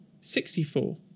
sixty-four